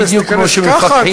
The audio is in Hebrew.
תיכנס ככה,